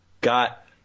got